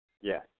Yes